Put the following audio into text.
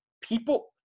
people